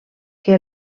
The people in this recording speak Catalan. que